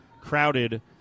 crowded